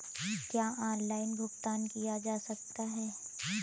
क्या ऑनलाइन भुगतान किया जा सकता है?